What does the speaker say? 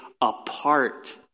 apart